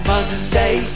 Monday